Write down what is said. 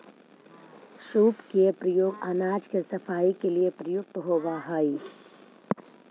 सूप के प्रयोग अनाज के सफाई के लिए प्रयुक्त होवऽ हई